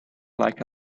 like